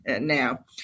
now